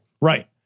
Right